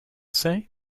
say